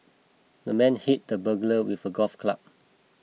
the man hit the burglar with a golf club